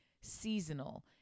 seasonal